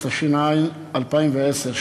התש"ע 2010,